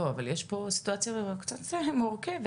אבל יש פה סיטואציה קצת מורכבת.